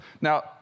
Now